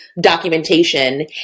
documentation